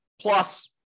plus